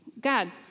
God